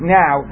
now